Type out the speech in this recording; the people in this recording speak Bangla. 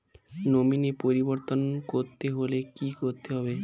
নমিনি পরিবর্তন করতে হলে কী করতে হবে?